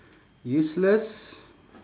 useless